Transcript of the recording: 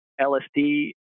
LSD